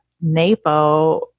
NAPO